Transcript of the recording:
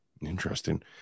Interesting